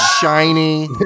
shiny